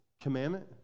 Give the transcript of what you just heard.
commandment